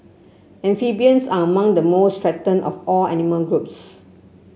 amphibians are among the most threatened of all animal groups